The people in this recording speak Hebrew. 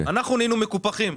אנחנו נהיינו מקופחים.